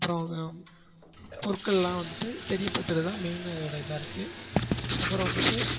அப்புறம் பொருட்கள்லாம் வந்துட்டு தெரிய படுத்துறதுதான் மெயின் அதோட இதாகருக்கு அப்புறம் வந்துட்டு